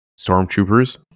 stormtroopers